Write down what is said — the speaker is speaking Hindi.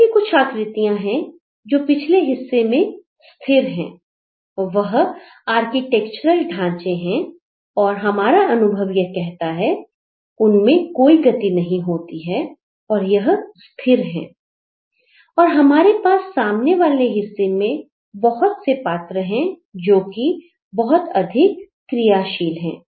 ऐसी कुछ आकृतियां हैं जो कि पिछले हिस्से में स्थिर हैं वह आर्किटेक्चरल ढांचे हैं और हमारा अनुभव यह कहता है कि उनमें कोई गति नहीं होती है और यह स्थिर हैं और हमारे पास सामने वाले हिस्से में बहुत से पात्र हैं जोकि बहुत अधिक क्रियाशील है